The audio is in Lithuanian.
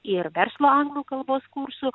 ir verslo anglų kalbos kursų